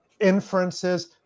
inferences